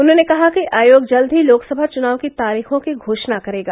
उन्होंने कहा कि आयोग जल्द ही लोकसभा चुनाव की तारीखों की घोषणा करेगा